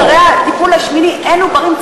אחרי הטיפול השמיני אין עוברים,